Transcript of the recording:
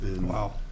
wow